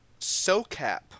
SOCAP